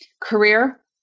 career